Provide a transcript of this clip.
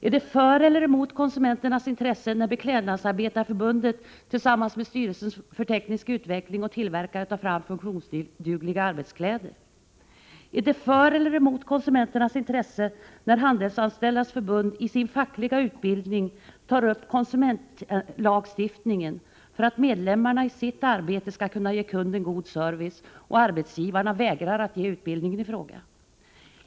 Är det för eller emot konsumenternas intressen när Beklädnadsarbetarnas förbund tillsammans med styrelsen för teknisk utveckling, STU, och tillverkare tar fram funktionsdugliga arbetskläder? Är det för eller emot konsumenternas intressen när Handelsanställdas förbund i sin fackliga utbildning tar upp frågan om konsumentlagstiftningen för att medlemmarna i sitt arbete skall kunna ge kunden god service, då arbetsgivarna vägrar att ge utbildningen i fråga?